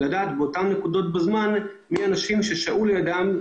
ולדעת באותן נקודות זמן מי האנשים ששהו לידם,